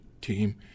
team